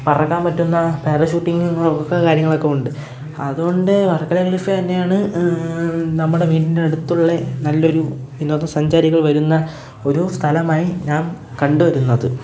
പറക്കാന് പറ്റുന്ന പാരഷൂട്ടിങ്ങ് കാര്യങ്ങൾ ഒക്കെ ഉണ്ട് അത്കൊണ്ട് വര്ക്കല ക്ലിഫ് തന്നെയാണ് നമ്മുടെ വീടിന്റെ അടുത്തുള്ള നല്ല ഒരു വിനോദസഞ്ചാരികള് വരുന്ന ഒരു സ്ഥലമായി ഞാന് കണ്ടു വരുന്നത്